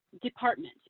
department